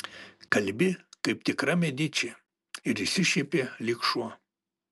kalbi kaip tikra mediči ir išsišiepė lyg šuo